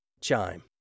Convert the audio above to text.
Chime